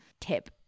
tip